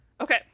Okay